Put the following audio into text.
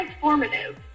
transformative